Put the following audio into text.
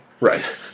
Right